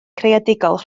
creadigol